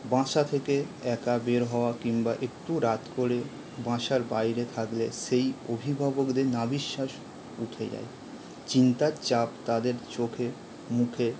বাসা থেকে একা বের হওয়া কিংবা একটু রাত করে বাসার বাইরে থাকলে সেই অভিভাবকদের নাভিশ্বাস উঠে যায় চিন্তার ছাপ তাদের চোখে মুখে